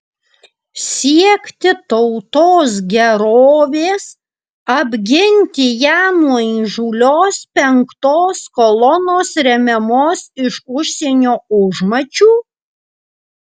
siekti tautos gerovės apginti ją nuo įžūlios penktos kolonos remiamos iš užsienio užmačių